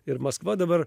ir maskva dabar